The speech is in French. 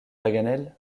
paganel